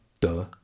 duh